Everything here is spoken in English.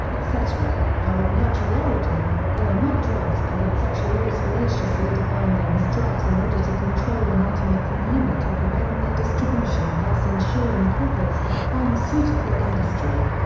etc, are of natural origin, they are not drugs and that such laws fallaciously define them as drugs in order to control and ultimately limit or prevent their distribution thus ensuring profits for the pharmaceutical industry.